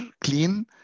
clean